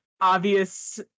obvious